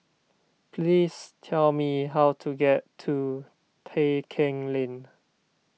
please tell me how to get to Tai Keng Lane